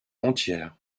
entière